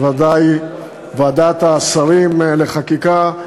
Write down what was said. בוודאי ועדת השרים לחקיקה,